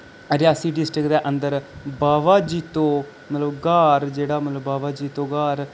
Reasi district दे अंदर बाबा जित्तो मतलब घाह्र जेह्ड़ा मतलब बाबा जित्तो घाह्र